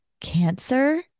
Cancer